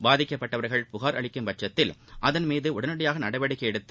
பாதிக்கப்பட்டவர்கள் புகார் அளிக்கும்பட்சத்தில் அதன் மீது உடனடியாக நடவடிக்கை எடுத்து